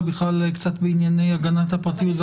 בכלל קצת מענייני הגנת הפרטיות והברקוד.